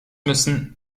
müssen